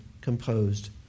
composed